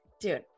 Dude